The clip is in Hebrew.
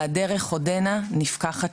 וְהַדֶּרֶךְ עוֹדֶנָּה נִפְקַחַת